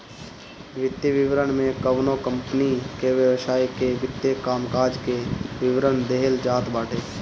वित्तीय विवरण में कवनो कंपनी के व्यवसाय के वित्तीय कामकाज के विवरण देहल जात बाटे